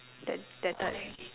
that that time